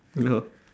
no